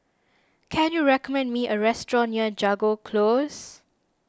can you recommend me a restaurant near Jago Close